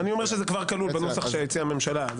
אני אומר שזה כבר כלול בנוסח שהציעה הממשלה.